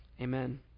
Amen